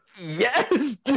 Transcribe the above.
Yes